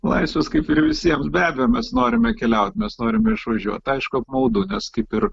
laisves kaip ir visiems be abejo mes norime keliaut mes norime išvažiuot aišku apmaudu nes kaip ir